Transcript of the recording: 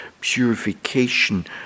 purification